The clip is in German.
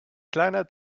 kleiner